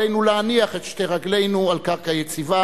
עלינו להניח את שתי רגלינו על קרקע יציבה,